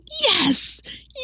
yes